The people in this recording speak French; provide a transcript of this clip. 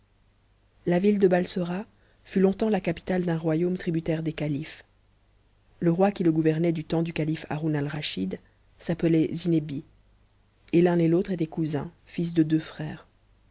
la vitte de ihdsora fut longtemps la capitale d'un royaume tributaire tics atiics le roi qui le gouvernait du temps du calife iiaroun airaschid s'itjtpclait xinci et l'un et l'autre étaient cousins fils de deux frères